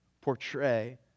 portray